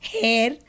hair